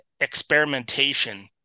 experimentation